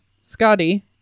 Scotty